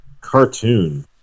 cartoon